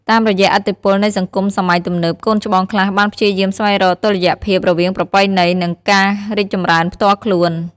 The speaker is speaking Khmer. តាមរយៈឥទ្ធិពលនៃសង្គមសម័យទំនើប កូនច្បងខ្លះបានព្យាយាមស្វែងរកតុល្យភាពរវាងប្រពៃណី និងការរីកចម្រើនផ្ទាល់ខ្លួន។